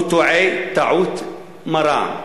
הוא טועה טעות מרה.